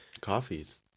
Coffees